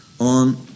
On